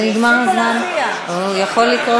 היום במטווח,